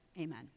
Amen